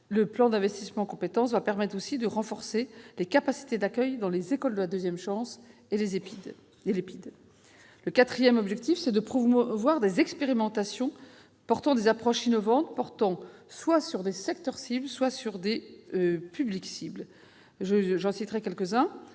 Le plan d'investissement compétences permettra aussi de renforcer les capacités d'accueil dans les écoles de la deuxième chance et l'EPIDE. Le quatrième objectif est de promouvoir les expérimentations fondées sur des approches innovantes portant soit sur des secteurs cibles, soit sur des publics cibles. J'en citerai quelques-unes